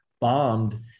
bombed